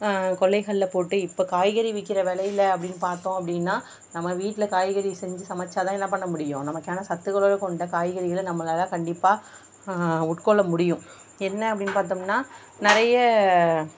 கொல்லைகளில் போட்டு இப்போ காய்கறி விற்கிற விலையில அப்டின்னு பார்த்தோம் அப்படின்னா நம்ம வீட்டில் காய்கறி செஞ்சு சமைச்சா தான் என்ன பண்ண முடியும் நமக்கான சத்துக்களோட கொண்ட காய்கறிகளை நம்மளால கண்டிப்பாக உட்கொள்ள முடியும் என்ன அப்டின்னு பார்த்தோம்னா நிறைய